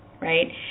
right